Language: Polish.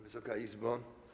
Wysoka Izbo!